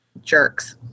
jerks